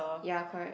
ya correct